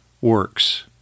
works